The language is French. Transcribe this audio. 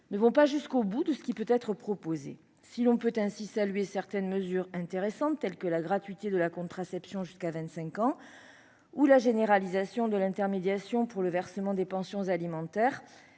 ne vont pas jusqu'au bout de ce qui peut être proposé. Si l'on peut ainsi saluer certaines mesures intéressantes, telles que la gratuité de la contraception jusqu'à 25 ans, ou la généralisation de l'intermédiation pour le versement des pensions alimentaires,